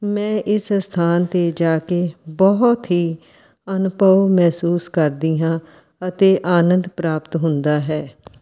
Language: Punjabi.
ਮੈਂ ਇਸ ਅਸਥਾਨ 'ਤੇ ਜਾ ਕੇ ਬਹੁਤ ਹੀ ਅਨੁਭਵ ਮਹਿਸੂਸ ਕਰਦੀ ਹਾਂ ਅਤੇ ਆਨੰਦ ਪ੍ਰਾਪਤ ਹੁੰਦਾ ਹੈ